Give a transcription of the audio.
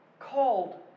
called